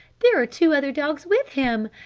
there are two other dogs with him!